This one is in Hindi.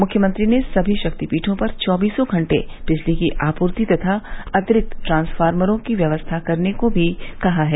मुख्यमंत्री ने सभी शक्तिपीठों पर चौबीसो घण्टे बिजली की आपूर्ति तथा अतिरिक्त ट्रान्सफार्मरो की व्यवस्था करने को भी कहा है